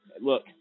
Look